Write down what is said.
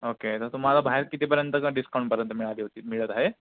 okay तर तुम्हाला बाहेर कितीपर्यंतचा डिस्काउंटपर्यंत मिळाली होती मिळत आहे